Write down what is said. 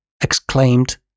exclaimed